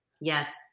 Yes